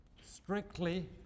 strictly